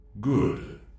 Good